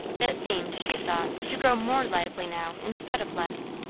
that seemed, she thought, to grow more lively now instead of less.